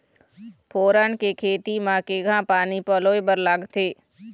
फोरन के खेती म केघा पानी पलोए बर लागथे?